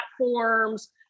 platforms